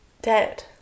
dead